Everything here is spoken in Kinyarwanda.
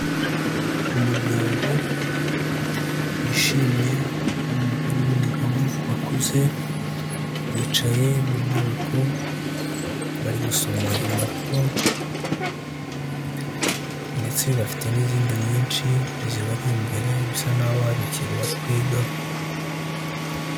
Umuryango wishimye uw'umugore n'umugabo bakuze, bicaye mu nyubako, bari gusoma impapuro ndetse bafite n'izindi nyinshi zibari imbere, bisa naho hari ikintu bari kwigaho.